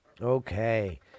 Okay